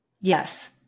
Yes